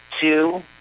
two